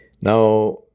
Now